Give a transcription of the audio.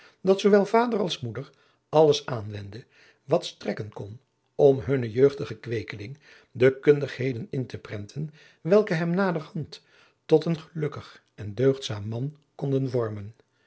dat zoo wel vader als moeder alles aanwendde wat strekken kon om hunnen jeugdigen kvveekeling die kundigheden in te prenten welke hem naderhand tot een gelukkig en deugdzaam man konden vormen